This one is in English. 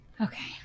Okay